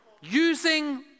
Using